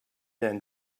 and